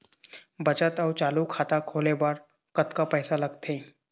बचत अऊ चालू खाता खोले बर कतका पैसा लगथे?